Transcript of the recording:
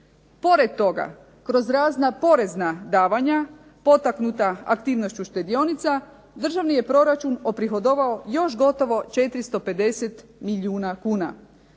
Pored toga, kroz razna porezna davanja potaknuta aktivnošću štedionica državni je proračun oprihodovao još gotovo 450 milijuna kuna.